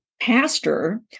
Pastor